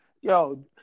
yo